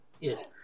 Yes